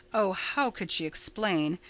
oh, how could she explain?